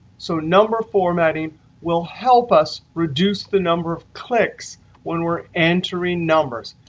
so number formatting will help us reduce the number of clicks when we're entering numbers.